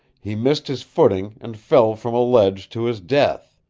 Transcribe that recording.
he missed his footing and fell from a ledge to his death.